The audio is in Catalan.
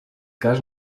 cas